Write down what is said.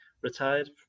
retired